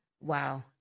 Wow